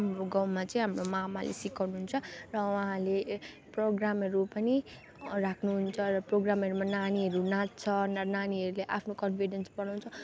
हाम्रो गाउँमा चाहिँ हाम्रो मामाले सिकाउनुहुन्छ र उहाँले ए प्रोग्रामहरू पनि राख्नुहुन्छ र प्रोग्रामहरूमा नानीहरू नाच्छ नानीहरूले आफ्नो कन्फिडेन्स बढाउँछ